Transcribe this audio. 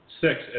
six